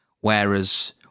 Whereas